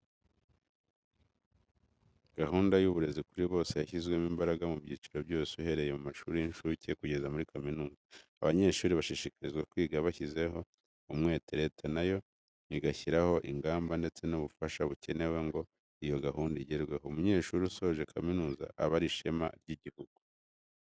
Gahunda y'uburezi kuri bose yashyizwemo imbaraga mu byiciro byose uhereye mu mashuri y'incuke kugeza muri kaminuza, abanyeshuri bashishikariza kwiga bashyizeho umwete. Leta na yo igashyiraho ingamba ndetse n'ubufasha bukenewe ngo iyo gahunda igerweho. Umunyeshuri usoje kaminuza aba ari ishema ry'igihugu.